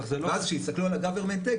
ואז כשהסתכלו על ה- government take,